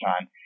time